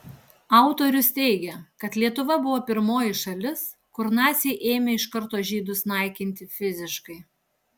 autorius teigia kad lietuva buvo pirmoji šalis kur naciai ėmė iš karto žydus naikinti fiziškai